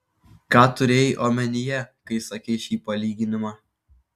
ką turėjai omenyje kai sakei šį palyginimą